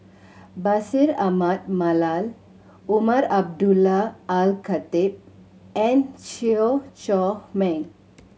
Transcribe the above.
Bashir Ahmad Mallal Umar Abdullah Al Khatib and Chew Chor Meng